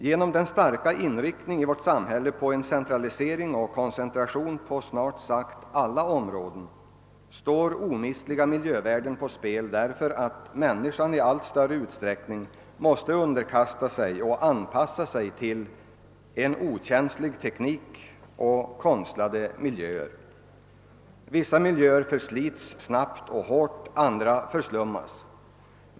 Genom den starka inriktningen i samhället på centralisering och koncentration på snart sagt alla områden står omistliga miljövärden på spel därför att människan i allt större utsträckning måste underkasta sig och anpassa sig till en okänslig teknik och till konstlade miljöer. Vissa miljöer förslites snabbt och hårt, andra förslummas.